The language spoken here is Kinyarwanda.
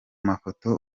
mafoto